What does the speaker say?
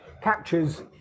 captures